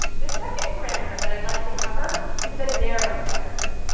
the second parameter that i'd like to cover is the narrows parameter.